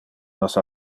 nos